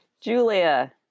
Julia